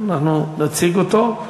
אנחנו נציג אותו.